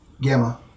Gamma